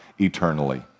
eternally